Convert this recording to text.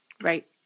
Right